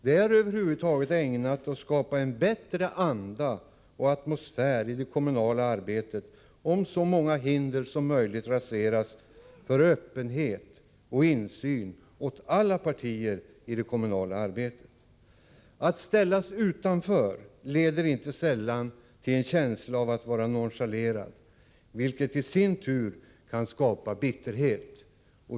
Det är över huvud taget ägnat att skapa en bättre anda och atmosfär i det kommunala arbetet om så många hinder som möjligt raseras för öppenhet och insyn åt alla partier i det kommunala arbetet. Att ställas utanför leder icke sällan till en känsla av att vara nonchalerad, vilket i sin tur kan skapa bitterhet.